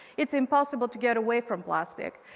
it's impossible to get away from plastic,